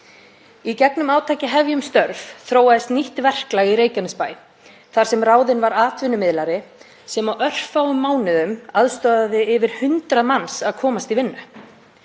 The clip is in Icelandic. Í gegnum átakið Hefjum störf þróaðist nýtt verklag í Reykjanesbæ þar sem ráðinn var atvinnumiðlari sem á örfáum mánuðum aðstoðaði yfir 100 manns við að komast í vinnu.